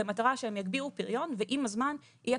במטרה שהם יגבירו פריון ועם הזמן יהיה